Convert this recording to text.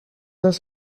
هست